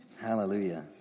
Hallelujah